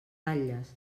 ratlles